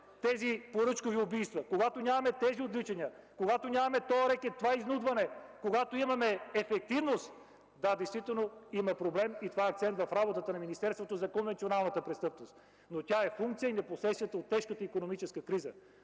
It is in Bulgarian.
тези поръчкови убийства, когато нямаме тези отвличания, когато нямаме този рекет, това изнудване, когато имаме ефективност – да, действително има проблем и това е акцент в работата на министерството за конвенционалната престъпност. Но тя е функция, или последствие от тежката икономическа криза.